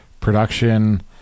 production